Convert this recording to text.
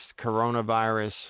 coronavirus